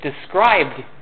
described